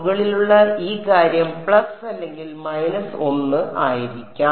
മുകളിലുള്ള ഈ കാര്യം പ്ലസ് അല്ലെങ്കിൽ മൈനസ് 1 ആയിരിക്കാം